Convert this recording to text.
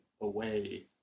away